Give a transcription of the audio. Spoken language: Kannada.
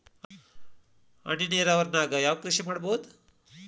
ಹನಿ ನೇರಾವರಿ ನಾಗ್ ಯಾವ್ ಕೃಷಿ ಮಾಡ್ಬೋದು?